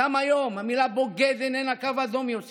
גם היום המילה "בוגד" איננה קו אדום יותר.